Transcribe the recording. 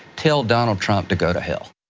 tell donald trump to go to hell.